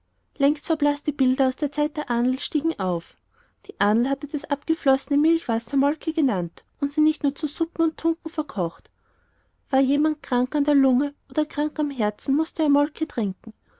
längst verblaßte bilder aus der zeit der ahnl stiegen herauf die ahnl hatte das abgeflossene milchwasser molke genannt und sie nicht nur zu suppen und tunken verkocht war jemand krank an der lunge oder krank am herzen mußte er molke trinken